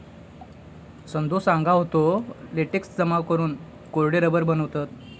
सदो सांगा होतो, लेटेक्स जमा करून कोरडे रबर बनवतत